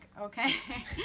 Okay